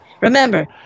Remember